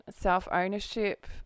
self-ownership